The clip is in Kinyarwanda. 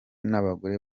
n’abagore